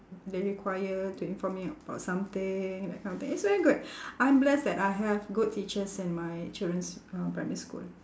they require to inform me about something that kind of thing it's very good I'm blessed that I have good teachers in my children's uh primary school